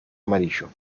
amarillo